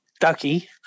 Ducky